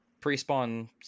pre-spawn